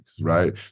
right